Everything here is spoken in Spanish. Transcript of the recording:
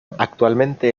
actualmente